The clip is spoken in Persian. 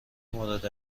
مورد